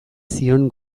zion